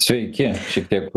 sveiki šiek tiek